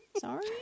sorry